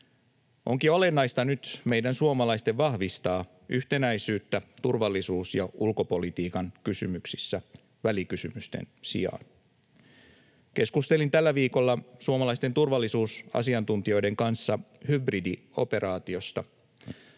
onkin nyt olennaista vahvistaa yhtenäisyyttä turvallisuus- ja ulkopolitiikan kysymyksissä välikysymysten sijaan. Keskustelin tällä viikolla suomalaisten turvallisuusasiantuntijoiden kanssa hybridioperaatiosta.